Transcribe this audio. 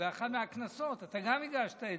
אני יודע.